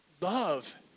love